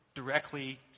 Directly